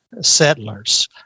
settlers